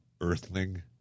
earthling